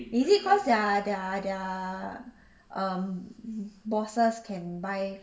is it cause they're they're they're um bosses can buy